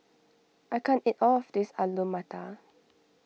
I can't eat all of this Alu Matar